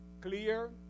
clear